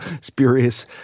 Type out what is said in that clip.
spurious